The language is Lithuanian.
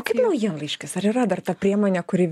o kaip naujienlaiškis ar yra dar ta priemonė kuri